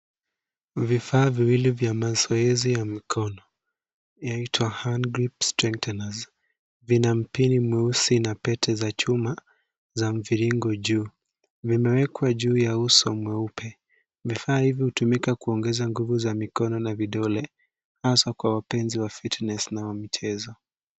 Vifaa viwili vya mazoezi ya mikono yaitwa hand grip strengtheners . Vina mpini mweusi na pete za chuma za mviringo juu. Vimewekwa juu ya uso mweupe. Vifaa hivi hutumika kuongeza nguvu za mikono na vidole hasa kwa wapenzi wa fitness na wa michezo.